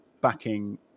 backing